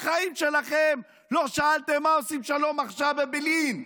בחיים שלכם לא שאלתם מה עושים שלום עכשיו בבילעין.